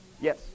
yes